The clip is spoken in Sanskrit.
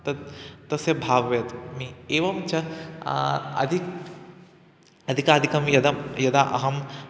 तद् तस्य भाव्यं तु मम एवं च अधिकम् अधिकाधिकं यदा यदा अहं